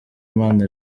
imana